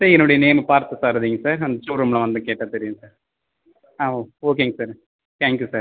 sir என்னுடைய name Parthasarathy sir அந்த ஷோரூம்ல வந்து கேட்டால் தெரியுங்க சார் ஆ ஓகேங்க சார் தேங்க் யூ சார்